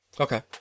Okay